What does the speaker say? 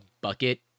bucket